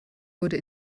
wurde